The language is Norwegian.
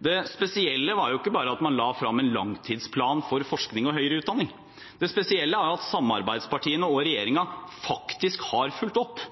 Det spesielle er jo ikke bare at man la frem en langtidsplan for forskning og høyere utdanning. Det spesielle er at samarbeidspartiene og regjeringen faktisk har fulgt opp,